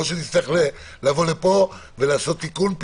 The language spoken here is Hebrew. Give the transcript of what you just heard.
או שנצטרך לבוא לפה ולעשות תיקון,